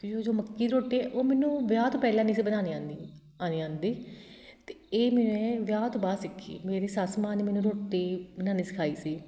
ਕਿ ਜੋ ਜੋ ਮੱਕੀ ਦੀ ਰੋਟੀ ਉਹ ਮੈਨੂੰ ਵਿਆਹ ਤੋਂ ਪਹਿਲਾਂ ਨਹੀਂ ਸੀ ਬਣਾਉਣੀ ਆਉਂਦੀ ਆਣੀ ਆਉਂਦੀ ਅਤੇ ਇਹ ਮੈਂ ਵਿਆਹ ਤੋਂ ਬਾਅਦ ਸਿੱਖੀ ਮੇਰੀ ਸੱਸ ਮਾਂ ਨੇ ਮੈਨੂੰ ਰੋਟੀ ਬਣਾਉਣੀ ਸਿਖਾਈ ਸੀ